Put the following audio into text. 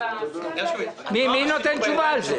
התשובה היא כן.